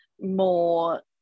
more